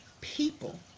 people